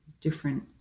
different